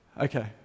Okay